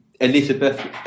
Elizabeth